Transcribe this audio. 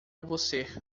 você